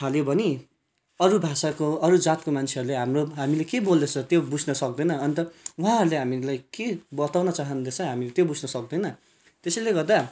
थाल्यो भने अरू भाषाको अरू जातको मान्छेहरूले हाम्रो हामीले के बोल्दैछ त्यो बुझ्न सक्दैनौँ अन्त उहाँहरूले हामीलाई के बताउन चाहँदैछ हामी त्यो बुझ्न सक्दैन त्यसैले गर्दा